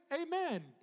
Amen